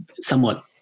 somewhat